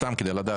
סתם כדי לדעת.